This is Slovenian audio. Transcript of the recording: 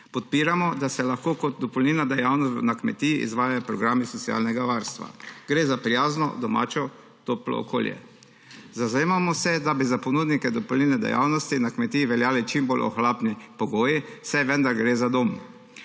Podpiramo, da se lahko kot dopolnilna dejavnost na kmetiji izvaja program socialnega varstva. Gre za prijazno, domače toplo okolje. Zavzemamo se, da bi za ponudnike dopolnilne dejavnosti na kmetiji veljali čim bolj ohlapni pogoji, saj vendar gre za dom.